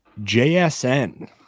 jsn